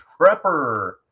Prepper